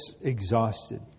exhausted